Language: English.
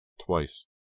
twice